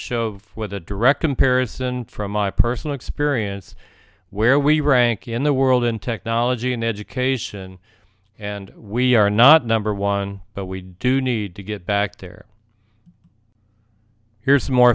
show what a direct comparison from my personal experience where we rank in the world in technology and education and we are not number one but we do need to get back there here's more